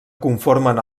conformen